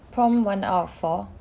prompt one out of four